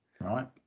Right